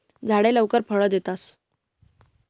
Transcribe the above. झाडे लवकर फळ देतस